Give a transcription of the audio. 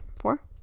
four